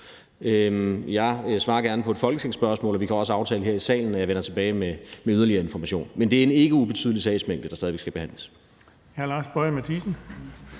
Jeg svarer gerne på et folketingsspørgsmål, og vi kan også aftale her i salen, at jeg vender tilbage med yderligere information. Men det er en ikke ubetydelig sagsmængde, der stadig skal behandles.